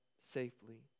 safely